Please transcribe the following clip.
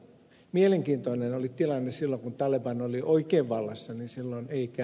mielenkiintoinen oli tilanne silloin kun taleban oli oikein vallassa